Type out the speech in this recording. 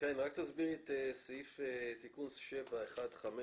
תסבירי רק את תקנה 1 שמוסיפה את פסקה (5)